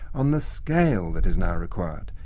on the scale that is now required,